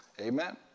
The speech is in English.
Amen